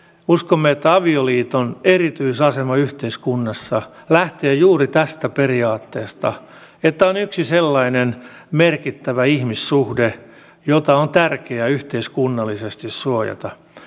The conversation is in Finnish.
uskomme että avioliiton erityisasema yhteiskunnassa lähtee juuri tästä periaatteesta että on yksi sellainen merkittävä ihmissuhde jota on tärkeää yhteiskunnallisesti suojata